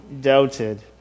doubted